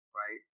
right